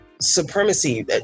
supremacy